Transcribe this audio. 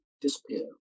disappear